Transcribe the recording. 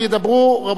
אדוני היושב-ראש,